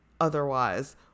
otherwise